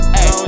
Hey